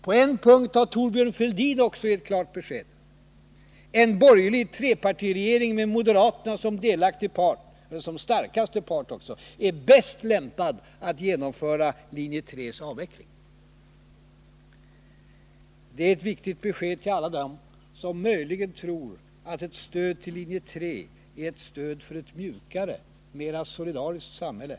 På en punkt har Thorbjörn Fälldin också gett klart besked: En borgerlig trepartiregering med moderaterna som starkaste part är bäst lämpad att genomföra linje 3:s avveckling. Det är ett viktigt besked till alla dem som möjligen tror att ett stöd till linje 3 också är ett stöd till ett program för ett mjukare och mera solidariskt samhälle.